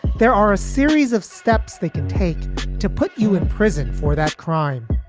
there are a series of steps they can take to put you in prison for that crime.